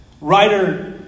Writer